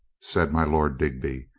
said my lord dig by,